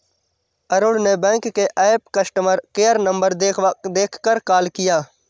अरुण ने बैंक के app customer care number देखकर कॉल किया